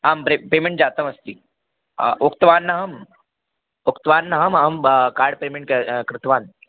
आम् प्रे पेमेण्ट् जातमस्ति उक्तवानहम् उक्तवानहम् अहं कार्ड् पेमेण्ट् कृतवान्